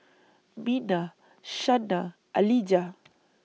Mina Shanna Alijah